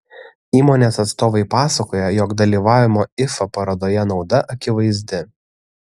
įmonės atstovai pasakoja jog dalyvavimo ifa parodoje nauda akivaizdi